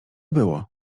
było